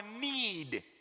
need